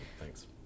Thanks